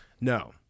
no